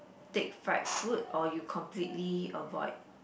take fried food or you completely avoid